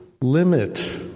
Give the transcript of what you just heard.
limit